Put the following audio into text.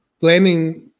blaming